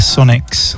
Sonics